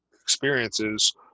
experiences